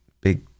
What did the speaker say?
big